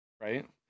right